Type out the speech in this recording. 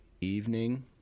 evening